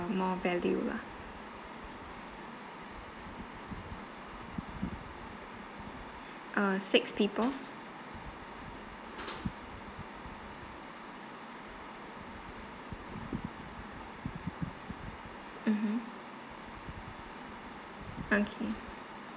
more value lah uh six people mmhmm okay